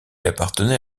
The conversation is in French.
appartenait